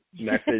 message